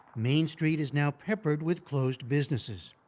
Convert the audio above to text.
main street is now peppered with closed businesses.